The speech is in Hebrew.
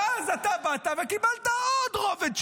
ואז אתה באת וקיבלת עוד רובד שלטוני,